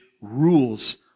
rules